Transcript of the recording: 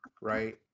Right